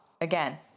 Again